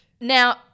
Now